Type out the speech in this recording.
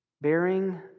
Bearing